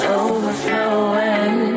overflowing